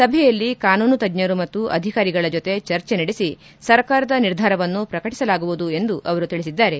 ಸಭೆಯಲ್ಲಿ ಕಾನೂನು ತಜ್ಜರು ಮತ್ತು ಅಧಿಕಾರಿಗಳ ಜೊತೆ ಚರ್ಜೆ ನಡೆಸಿ ಸರ್ಕಾರದ ನಿರ್ಧಾರವನ್ನು ಪ್ರಕಟಸಲಾಗುವುದು ಎಂದು ತಿಳಿಸಿದ್ದಾರೆ